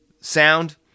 sound